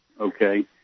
Okay